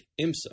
IMSA